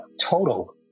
total